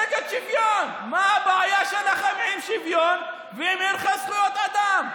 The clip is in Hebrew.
של גזענות של ההיסטוריה יוצאים נגד זכויות אדם.